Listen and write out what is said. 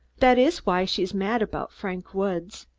that is why she is mad about frank woods.